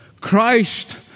Christ